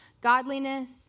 godliness